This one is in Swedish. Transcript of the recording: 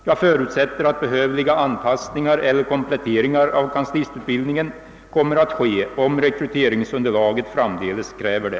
Jag förutsätter, att behövliga anpassningar eller kompletteringar av kanslistutbildningen kommer att ske om rekryteringsunderlaget framdeles kräver det.